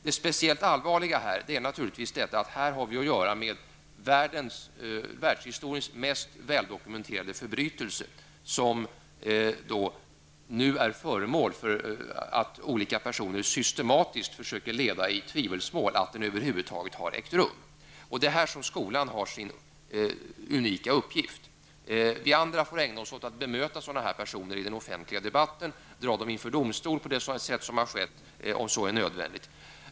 Det speciellt allvarliga är naturligtvis att vi här har att göra med världshistoriens mest väldokumenterade förbrytelse om vars historiska verklighet vissa personer nu systematiskt försöker att skapa tvivel. Det är här som skolan har sin unika uppgift. Vi som är utanför skolan får ägna oss åt att bemöta personer av det här slaget i den offentliga debatten och om det är nödvändigt dra dem inför domstol på det sätt som har skett.